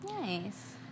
Nice